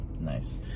nice